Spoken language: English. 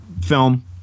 film